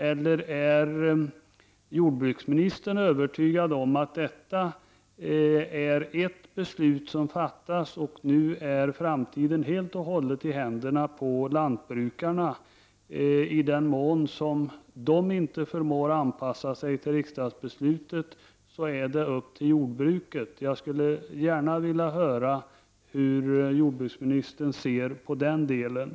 Eller är jordbruksministern övertygad om att framtiden i och med att detta beslut fattas helt och hållet ligger i händerna på lantbrukarna? Menar alltså jordbruksministern att i den mån lantbrukarna inte förmår anpassa sig till riksdagsbeslutet ankommer det på jordbruket att klara det hela? Jag skulle gärna vilja höra hur jordbruksministern ser på den delen.